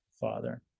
father